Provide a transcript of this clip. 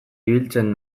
ibiltzen